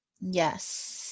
Yes